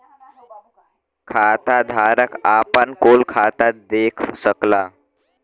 खाताधारक आपन कुल खाता देख सकला